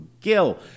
Gill